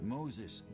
Moses